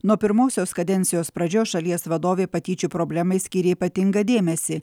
nuo pirmosios kadencijos pradžios šalies vadovė patyčių problemai skyrė ypatingą dėmesį